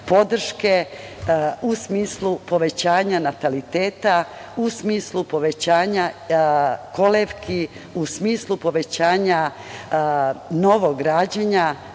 podrške u smislu povećanja nataliteta, u smislu povećanja kolevki, u smislu povećanja novog rađanja,